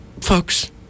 folks